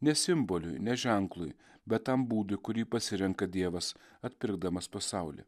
ne simboliui ne ženklui bet tam būdui kurį pasirenka dievas atpirkdamas pasaulį